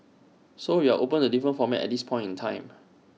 so we are open to different formats at this point in time